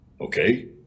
okay